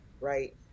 Right